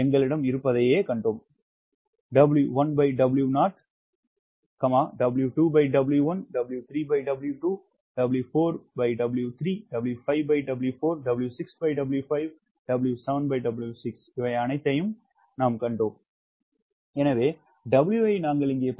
எங்களிடம் இருப்பதைக் கண்டோம் எனவே W ஐ நாங்கள் இங்கே பார்க்க மாட்டோம்